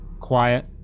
quiet